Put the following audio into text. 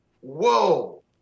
Whoa